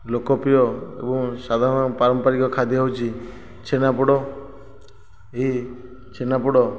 ଲୋକପ୍ରିୟ ଏବଂ ସାଧାରଣ ପାରମ୍ପାରିକ ଖାଦ୍ୟ ହେଉଛି ଛେନାପୋଡ଼ ଏହି ଛେନାପୋଡ଼